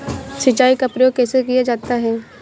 सिंचाई का प्रयोग कैसे किया जाता है?